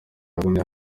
yagumye